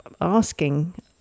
asking